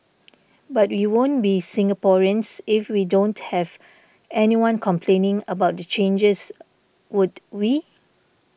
but we won't be Singaporeans if we don't have anyone complaining about the changes would we